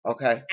Okay